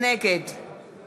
נגד